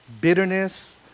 Bitterness